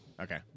Okay